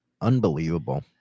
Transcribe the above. Unbelievable